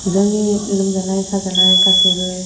जोंनि लोमजानाय साजानाय गासैबो